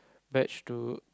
batch to